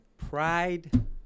Pride